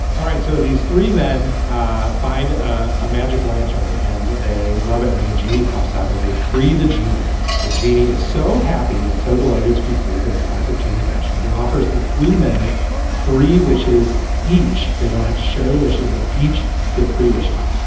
all right. so these three men ah find ah a magic lantern and they rub it and a genie pops out and they free the genie the genie is so happy and so delighted to be freed that in classic genie fashion, he offers the three men three wishes each. they don't have to share the wishes they each get three wishes.